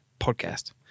podcast